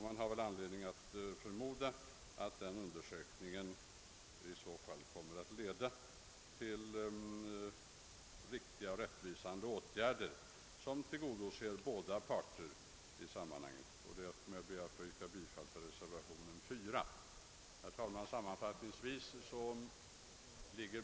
Man har väl anledning att förmoda att en sådan undersökning kommer att leda till rättvisare regler som tillgodoser båda parters intressen. Jag yrkar bifall till reservationen 4.